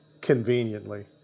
conveniently